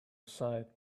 sight